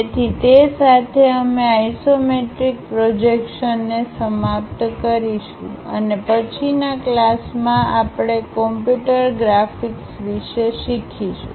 તેથી તે સાથે અમે આઇસોમેટ્રિક પ્રોજેક્શનને સમાપ્ત કરીશું અને પછીના ક્લાસમાં આપણે કમ્પ્યુટર ગ્રાફિક્સ વિશે શીખીશું